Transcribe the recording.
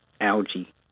algae